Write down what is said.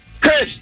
Chris